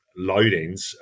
loadings